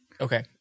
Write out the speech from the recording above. Okay